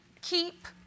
keep